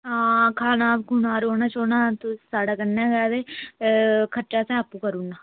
हां खाना खूना रौह्ना शौह्ना दा तुस साढ़े कन्नै गै ते खर्चा असें आपूं करी ओड़ना